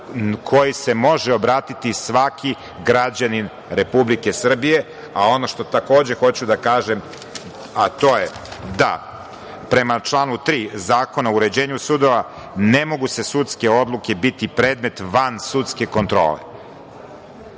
kojoj se može obratiti svaki građanin Republike Srbije. Ono što takođe hoću da kažem to je da prema članu 3. Zakona o uređenju sudova ne mogu sudske odluke biti van sudske kontrole.